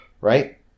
Right